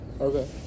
okay